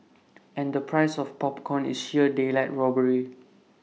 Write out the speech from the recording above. and the price of popcorn is sheer daylight robbery